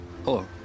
Hello